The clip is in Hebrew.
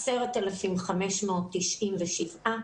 10,597,